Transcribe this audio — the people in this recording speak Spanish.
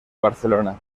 barcelona